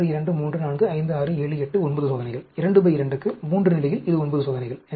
1 2 3 4 5 6 7 8 9 சோதனைகள் 2 பை 2 க்கு 3 நிலையில் இது ஒன்பது சோதனைகள்